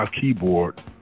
keyboard